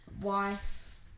wife